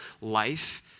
life